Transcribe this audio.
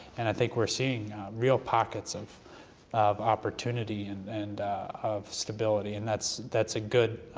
and i think we're seeing real pockets of of opportunity and and of stability, and that's that's a good,